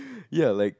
ya like